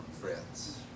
friends